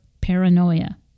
paranoia